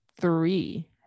three